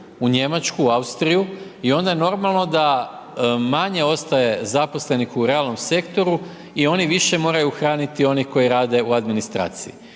u Njemačku, Austriju i onda je normalan da manje ostaje zaposlenih u realnom sektoru i oni više moraju hraniti one koji radi u administraciji.